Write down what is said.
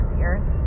years